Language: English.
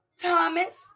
Thomas